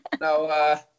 no